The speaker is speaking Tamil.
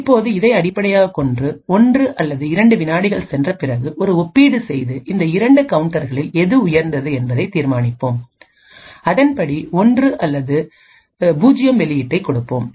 இப்போது இதை அடிப்படையாகக் கொண்டு 1 அல்லது 2 வினாடிகள் சென்றபிறகு ஒரு ஒப்பீடு செய்து இந்த இரண்டு கவுண்டர்களில் எது உயர்ந்தது என்பதை தீர்மானிப்போம் அதன்படி 1 அல்லது 0 வெளியீட்டைக் கொடுப்போம்